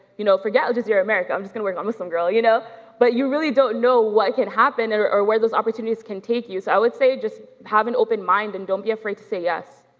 you know forget al jazeera america, i'm just gonna work on muslim girl, you know but you really don't know what could happen and or or where those opportunities can take you, so i would say, just have an open mind and don't be afraid to say yes.